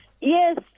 yes